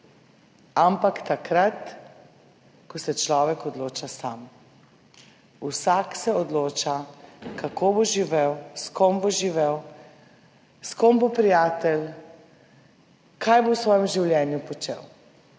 ampak takrat, ko se človek odloča sam. Vsak se odloča, kako bo živel, s kom bo živel, s kom bo prijatelj, kaj bo v svojem življenju počel.